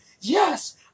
Yes